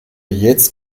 jetzt